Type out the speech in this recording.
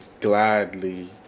gladly